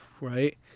Right